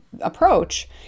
approach